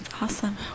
awesome